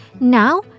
Now